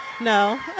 No